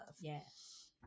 yes